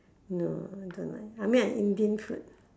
no I don't like I mean like indian food